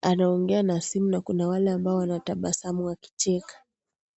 anaongea na simu, na kuna wale ambao wanatabasamu wakicheka.